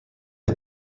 est